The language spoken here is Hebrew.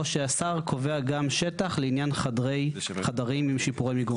שהשר קובע גם שטח לעניין חדרים עם שיפורי מיגון?